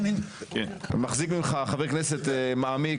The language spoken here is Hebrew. אני מחזיק ממך חבר כנסת מעמיק,